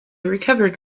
recovered